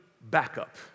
backup